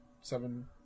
seven